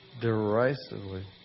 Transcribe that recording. derisively